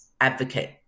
advocate